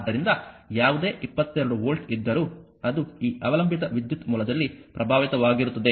ಆದ್ದರಿಂದ ಯಾವುದೇ 22 ವೋಲ್ಟ್ ಇದ್ದರೂ ಅದು ಈ ಅವಲಂಬಿತ ವಿದ್ಯುತ್ ಮೂಲದಲ್ಲಿ ಪ್ರಭಾವಿತವಾಗಿರುತ್ತದೆ